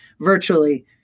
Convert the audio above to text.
virtually